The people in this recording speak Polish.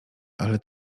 ale